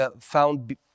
found